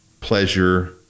pleasure